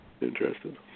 interested